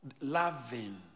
Loving